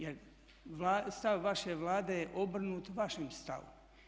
Jer stav vaše Vlade je obrnut vašem stavu.